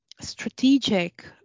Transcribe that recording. strategic